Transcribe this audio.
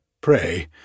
Pray